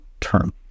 term